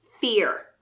fear